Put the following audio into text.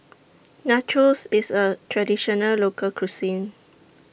Nachos IS A Traditional Local Cuisine